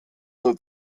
nur